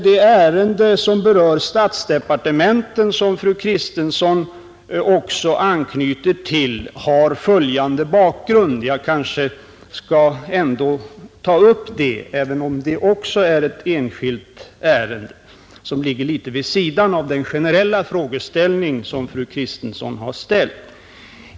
Det ärende som berör statsdepartementen och som fru Kristensson också anknöt till har följande bakgrund — jag kanske ändå skall ta upp det, även om det också är ett enskilt ärende, som ligger litet vid sidan om den generella frågeställningen.